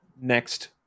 next